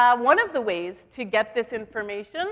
ah one of the ways to get this information